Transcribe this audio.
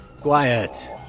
Quiet